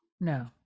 No